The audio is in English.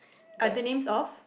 are the names of